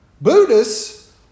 Buddhists